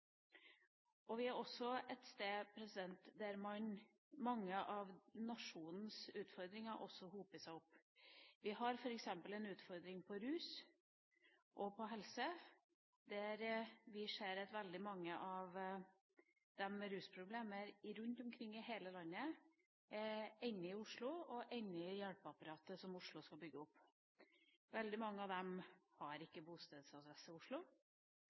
er også et sted der mange av nasjonens utfordringer også hoper seg opp. Vi har f.eks. en utfordring på områdene rus og helse, der vi ser at veldig mange av dem med rusproblemer rundt omkring i hele landet, ender i Oslo og i hjelpeapparatet som Oslo skal bygge opp. Veldig mange av dem har ikke bostedsadresse Oslo.